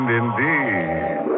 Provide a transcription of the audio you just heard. indeed